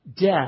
Death